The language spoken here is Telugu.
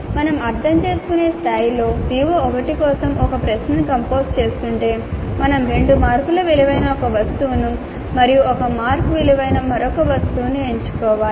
మేము అర్థం చేసుకునే స్థాయిలో CO1 కోసం ఒక ప్రశ్నను కంపోజ్ చేస్తుంటే మేము 2 మార్కుల విలువైన ఒక వస్తువును మరియు 1 మార్క్ విలువైన మరొక వస్తువును ఎంచుకోవాలి